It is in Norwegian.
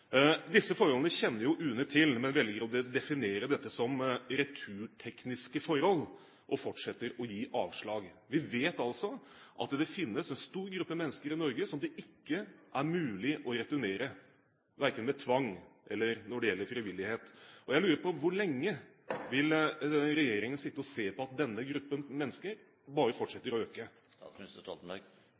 Disse forholdene kjenner jo UNE til, men velger å definere dette som returtekniske forhold, og fortsetter å gi avslag. Vi vet altså at det finnes en stor gruppe mennesker i Norge som det ikke er mulig å returnere, verken med tvang eller ut fra frivillighet. Jeg lurer på hvor lenge regjeringen vil sitte og se på at denne gruppen mennesker bare fortsetter å øke?